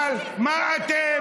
אבל מה אתם?